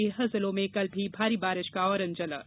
तेरह जिलों में कल भी भारी बारिश का ओरेन्ज अलर्ट